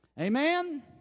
amen